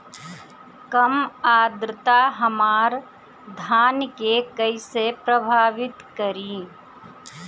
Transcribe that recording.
कम आद्रता हमार धान के कइसे प्रभावित करी?